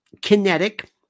kinetic